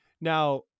Now